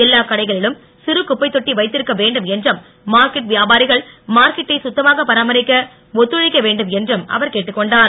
எல்லா கடைகளிலும் சிறு குப்பைத்தொட்டி வைத்திருக்க வேண்டும் என்றும் மார்கெட் வியாபாரிகள் மார்கெட்டை சுத்தமாக பராமரிக்க ஒத்துழைக்க வேண்டும் என்றும் அவர் கேட்டுக்கொண்டார்